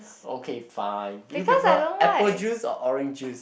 okay fine do you prefer apple juice or orange juice